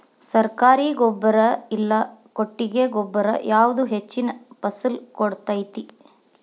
ಸರ್ಕಾರಿ ಗೊಬ್ಬರ ಇಲ್ಲಾ ಕೊಟ್ಟಿಗೆ ಗೊಬ್ಬರ ಯಾವುದು ಹೆಚ್ಚಿನ ಫಸಲ್ ಕೊಡತೈತಿ?